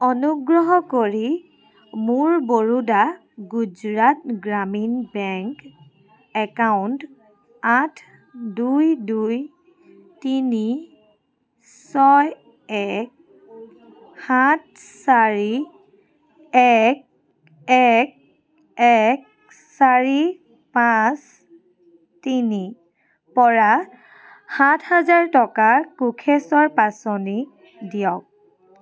অনুগ্ৰহ কৰি মোৰ বৰোডা গুজৰাট গ্ৰামীণ বেংক একাউণ্ট আঠ দুই দুই তিনি ছয় এক সাত চাৰি এক এক এক চাৰি পাঁচ তিনি ৰ পৰা সাত হাজাৰ টকা কোষেশ্বৰ পাছনিক দিয়ক